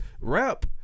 rap